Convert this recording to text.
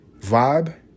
vibe